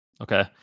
Okay